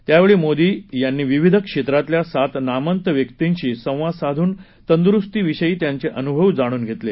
यावेळी मोदी यांनी विविध क्षेत्रातल्या सात नामवंत व्यक्तिंशी संवाद साधून तंदुरूस्ती विषयी त्यांचे अनुभव जाणून घेतले